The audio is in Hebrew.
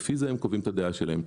לפי זה הם קובעים את הדעה שלהם.